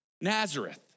Nazareth